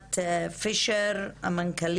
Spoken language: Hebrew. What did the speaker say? עינת פישר.